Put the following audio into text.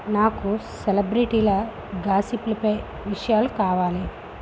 నాకు సెలబ్రిటీల గాసిప్లపై విషయాలు కావాలి